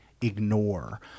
ignore